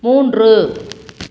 மூன்று